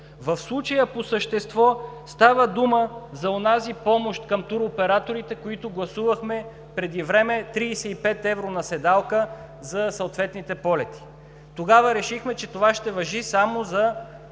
В случая по същество става дума за онази помощ към туроператорите, която гласувахме преди време – 35 евро на седалка за съответните полети. Тогава решихме, че това ще важи само за